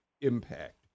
impact